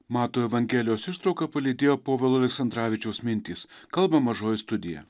mato evangelijos ištrauką palydėjo povilo aleksandravičiaus mintys kalba mažoji studija